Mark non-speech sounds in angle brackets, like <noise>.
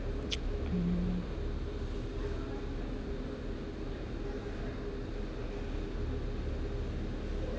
<noise> mm